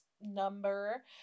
number